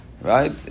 right